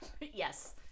Yes